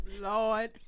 Lord